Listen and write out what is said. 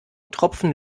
tropfen